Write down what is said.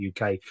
uk